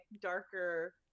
darker